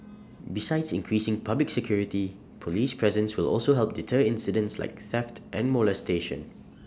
besides increasing public security Police presence will also help deter incidents like theft and molestation